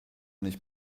nicht